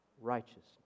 Righteousness